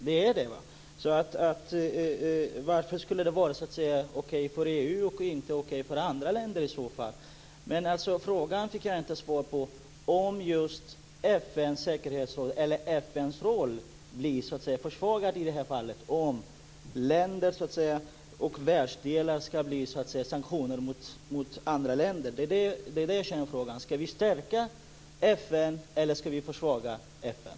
Fru talman! Viola Furubjelke sade att frågan är verklig och en realitet i EU. Varför skulle det vara så att säga okej för EU och inte okej för andra länder i så fall? Jag fick inte svar på min fråga om FN:s roll blir försvagad i det här fallet, dvs. om länder och världsdelar börjar genomföra sanktioner mot andra länder. Det är kärnfrågan. Skall vi stärka FN eller skall vi försvaga FN?